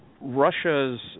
Russia's